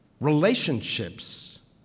relationships